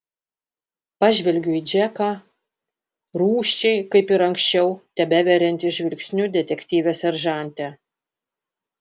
pažvelgiu į džeką rūsčiai kaip ir anksčiau tebeveriantį žvilgsniu detektyvę seržantę